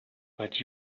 but